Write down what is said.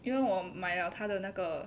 因为我买了他的那个